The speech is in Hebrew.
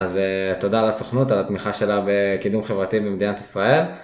אז תודה על הסוכנות, על התמיכה שלה בקידום חברתי במדינת ישראל.